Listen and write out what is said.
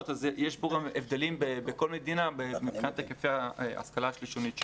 אז יש פה גם הבדלים בכל מדינה מבחינת היקפי ההשכלה השלישונית שלהם.